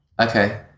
Okay